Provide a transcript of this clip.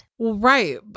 Right